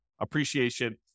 appreciation